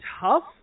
tough